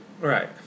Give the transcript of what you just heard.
Right